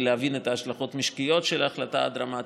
ולהבין את ההשלכות המשקיות של ההחלטה הדרמטית.